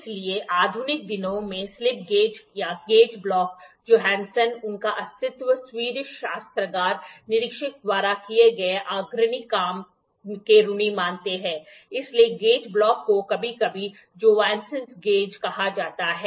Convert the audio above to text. हालांकि आधुनिक दिनों में स्लिप गेज या गेज ब्लॉक जोहानसन उनका अस्तित्व स्वीडिश शस्त्रागार निरीक्षक द्वारा किए गए अग्रणी काम के ऋणी मानते है इसलिए गेज ब्लॉक को कभी कभी जोहानसन गेज Johanasson's gauge कहा जाता है